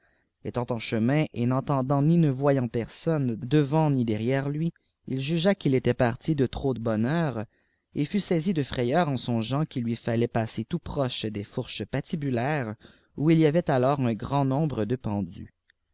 etant en chemin et n'entendant ni ne voyant personne devant ni derrière lui il jugea qu'il était parti de trop bonne heure et fut saisi de frayeur en songeant qu'il lui fallait passer tout proche des fourches patibulaires où il y avait alors un grand nombre de pendus